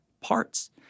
parts